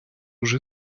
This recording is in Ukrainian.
уже